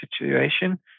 situation